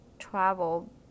Travel